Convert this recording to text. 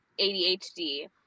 ADHD